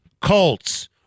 Colts